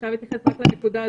אפשר להתייחס רק לנקודה הזאת.